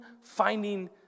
finding